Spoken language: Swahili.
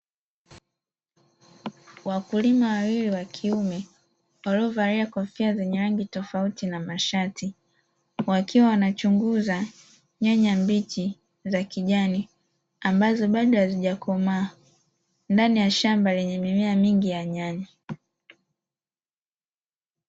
Wakulima wawili wa kiume waliovalia kofia zenye rangi tofauti na mashati, wakiwa wanachunguza nyanya mbichi za kijani ambazo bado hazijakomaa, ndani ya shamba lenye mimea mingi ya nyanya.